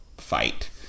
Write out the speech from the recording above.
Fight